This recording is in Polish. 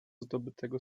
zdobytego